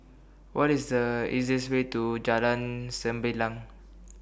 What IS The easiest Way to Jalan Sembilang